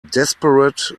desperate